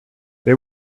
they